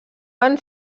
van